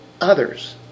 others